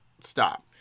stop